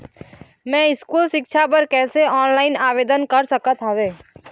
मैं स्कूल सिक्छा बर कैसे ऑनलाइन आवेदन कर सकत हावे?